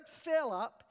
Philip